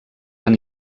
han